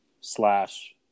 slash